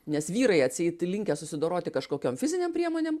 nes vyrai atseit linkę susidoroti kažkokiom fizinėm priemonėm